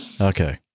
Okay